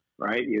Right